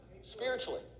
spiritually